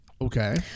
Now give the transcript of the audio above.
Okay